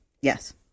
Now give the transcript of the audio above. Yes